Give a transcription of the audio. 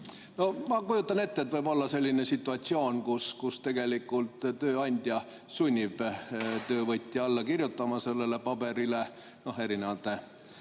Ma kujutan ette, et võib olla selline situatsioon, kus tegelikult tööandja sunnib töövõtjat sellele paberile sunni